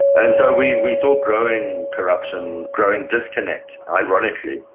and so we we saw growing corruption, growing disconnect, ironically,